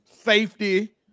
safety